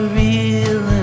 real